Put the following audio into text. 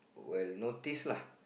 will notice lah